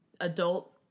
adult